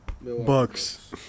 Bucks